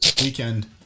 weekend